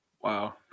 Wow